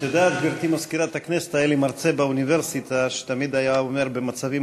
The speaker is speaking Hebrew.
לי מרצה באוניברסיטה שתמיד היה אומר במצבים